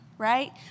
right